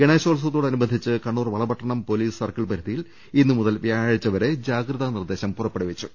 ഗണേശോത്സവത്തോടനുബന്ധിച്ച് Kannur Valapattanam police circle പരിധിയിൽ ഇന്ന് മുതൽ വ്യാഴാഴ്ച വരെ ജാഗ്രതാ നിർദ്ദേശം പുറപ്പെടുവിച്ചു